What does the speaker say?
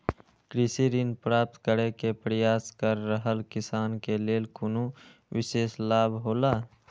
कृषि ऋण प्राप्त करे के प्रयास कर रहल किसान के लेल कुनु विशेष लाभ हौला?